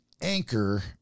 Anchor